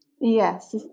Yes